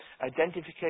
identification